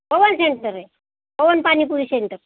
पवन centre आहे Pawan panipuri centre